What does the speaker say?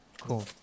cool